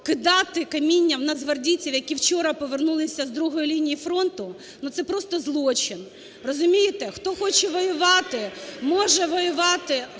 кидати камінням в нацгвардійців, які вчора повернулися з другої лінії фронту, ну, це просто злочин! Розумієте, хто хоче воювати, може воювати…